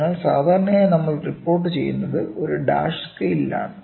അതിനാൽ സാധാരണയായി നമ്മൾ റിപ്പോർട്ട് ചെയ്യുന്നത് ഒരു ഡാഷ് സ്കെയിലാണ്